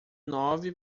nove